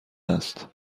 است